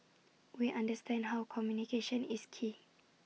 we understand how communication is key